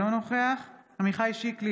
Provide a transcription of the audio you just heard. אינו נוכח עמיחי שיקלי,